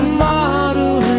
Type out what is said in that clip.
model